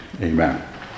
amen